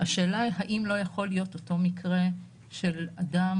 השאלה היא האם לא יכול להיות אותו מקרה של אדם,